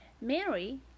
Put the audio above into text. Mary